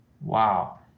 wow